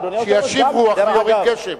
שישיב רוח ויוריד גשם.